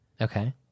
Okay